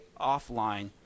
offline